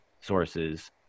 sources